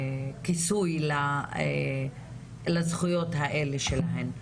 כיסוי לזכויות האלה שלהן.